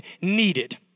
needed